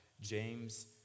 James